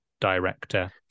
director